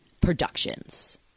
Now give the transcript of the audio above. Productions